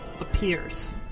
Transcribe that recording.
appears